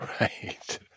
Right